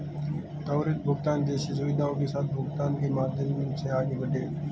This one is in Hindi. त्वरित भुगतान जैसी सुविधाओं के साथ भुगतानों के माध्यम से आगे बढ़ें